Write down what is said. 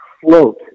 float